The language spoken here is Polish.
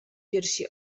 piersi